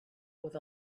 with